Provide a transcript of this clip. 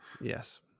Yes